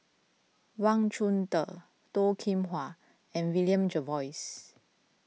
Wang Chunde Toh Kim Hwa and William Jervois